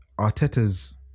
arteta's